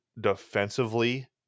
defensively